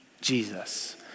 Jesus